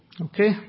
Okay